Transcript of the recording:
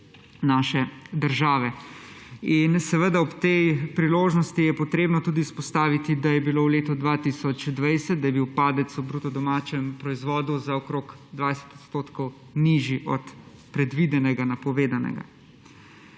naše države. In seveda je ob tej priložnosti treba tudi izpostaviti, da je bil v letu 2020 padec v bruto domačem proizvodu za okoli 20 % nižji od predvidenega, napovedanega.